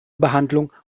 behandlung